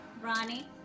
Ronnie